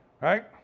right